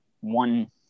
one